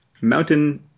Mountain